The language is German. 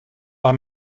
war